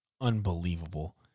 unbelievable